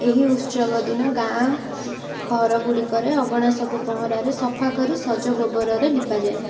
ଏହି ଉତ୍ସବ ଦିନ ଗାଁ ଘରଗୁଡ଼ିକରେ ଅଗଣା ସବୁ ପହଁରାରେ ସଫା କରି ସଜ ଗୋବରରେ ଲିପାଯାଏ